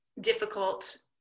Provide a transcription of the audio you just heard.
difficult